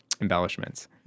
embellishments